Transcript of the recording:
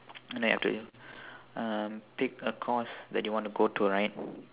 then you have to uh pick a course that you want to go to right